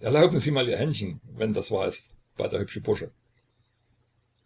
erlauben sie mal ihr händchen wenn das wahr ist bat der hübsche bursche